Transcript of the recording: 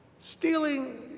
stealing